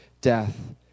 death